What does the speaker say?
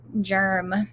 germ